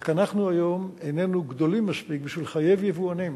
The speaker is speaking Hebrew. רק אנחנו היום איננו גדולים מספיק בשביל לחייב יבואנים